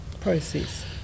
process